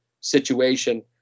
situation